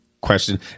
question